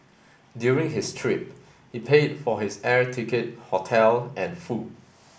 during his trip he paid for his air ticket hotel and food